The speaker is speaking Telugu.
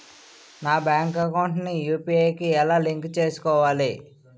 నా బ్యాంక్ అకౌంట్ ని యు.పి.ఐ కి ఎలా లింక్ చేసుకోవాలి?